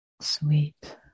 Sweet